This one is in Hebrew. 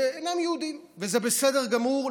וזה בסדר גמור,